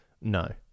no